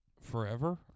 Forever